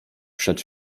przed